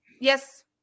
yes